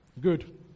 Good